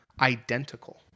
identical